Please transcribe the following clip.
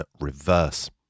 Reverse